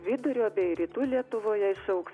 vidurio bei rytų lietuvoje išaugs